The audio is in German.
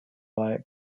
bei